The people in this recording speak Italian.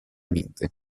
mente